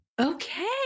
Okay